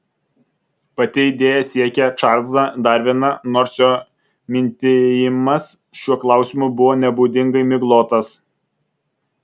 pati idėja siekia čarlzą darviną nors jo mintijimas šiuo klausimu buvo nebūdingai miglotas